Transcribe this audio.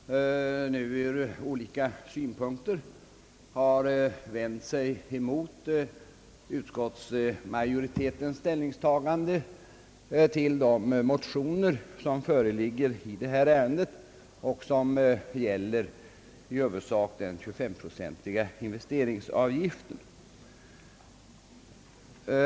Herr talman! Det är många talare som nu ur olika synpunkter har vänt sig emot utskottsmajoritetens ställningstagande till de motioner som föreligger i detta ärende och som i huvudsak gäller den 23-procentiga investeringsavgiften.